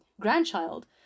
grandchild